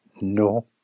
no